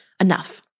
enough